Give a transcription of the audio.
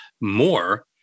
more